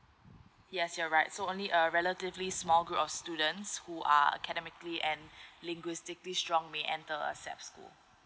yes you're right so only a relatively small group of students who are academically and linguistically strong may enter accepts school